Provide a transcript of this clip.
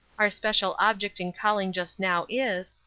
our special object in calling just now is,